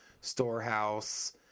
storehouse